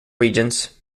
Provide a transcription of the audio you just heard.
regents